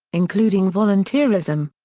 including volunteerism.